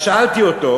אז שאלתי אותו: